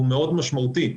הוא מאוד משמעותי.